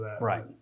Right